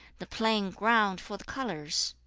the plain ground for the colours?